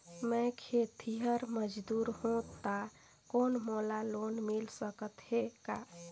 मैं खेतिहर मजदूर हों ता कौन मोला लोन मिल सकत हे का?